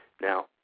Now